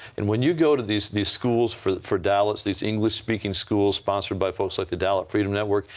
and when you go to these these schools for for dalits, these english-speaking schools sponsored by folks like the dalit freedom network,